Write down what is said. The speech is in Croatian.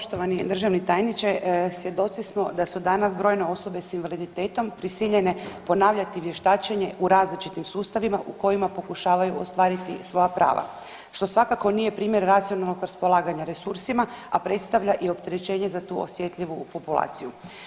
Poštovani državni tajniče, svjedoci smo da su danas brojne osobe sa invaliditetom prisiljene ponavljati vještačenje u različitim sustavima u kojima pokušavaju ostvariti svoja prava, što svakako nije primjer racionalnog raspolaganja resursima, a predstavlja i opterećenje za tu osjetljivu populaciju.